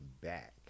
back